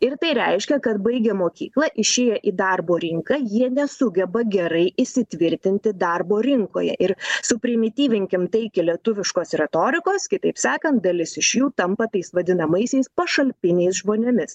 ir tai reiškia kad baigę mokyklą išėję į darbo rinką jie nesugeba gerai įsitvirtinti darbo rinkoje ir suprimityvinkim tai iki lietuviškos retorikos kitaip sakant dalis iš jų tampa tais vadinamaisiais pašalpiniais žmonėmis